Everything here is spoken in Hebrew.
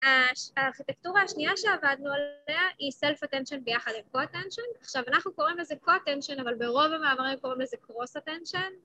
‫הארכיטקטורה השנייה שעבדנו עליה ‫היא self-attention ביחד עם co-attention. ‫עכשיו, אנחנו קוראים לזה co-attention, ‫אבל ברוב המאמרים קוראים לזה cross-attention.